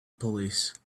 police